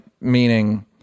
meaning